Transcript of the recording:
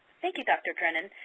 thank you dr. drennen,